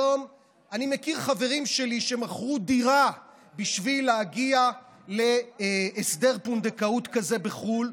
אני מכיר חברים שלי שמכרו דירה בשביל להגיע להסדר פונדקאות כזה בחו"ל.